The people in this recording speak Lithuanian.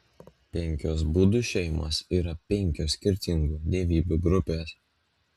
penkios budų šeimos yra penkios skirtingų dievybių grupės